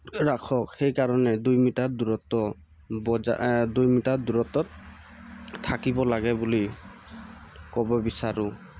ৰাখক সেইকাৰণে দুই মিটাৰ দূৰত্ব বজা দুই মিটাৰ দূৰত্বত থাকিব লাগে বুলি ক'ব বিচাৰোঁ